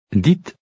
Dites